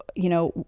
you know,